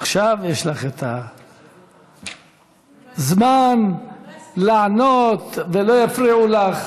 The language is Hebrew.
עכשיו יש לך את הזמן לענות ולא יפריעו לך.